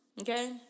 Okay